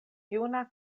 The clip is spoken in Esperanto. juna